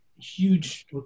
huge